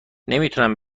نمیتونم